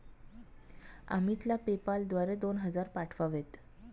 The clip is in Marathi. अमितला पेपाल द्वारे दोन हजार पाठवावेत